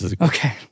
Okay